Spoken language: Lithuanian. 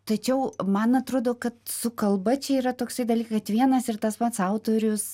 tačiau man atrodo kad su kalba čia yra toksai dalyk kad vienas ir tas pats autorius